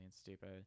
stupid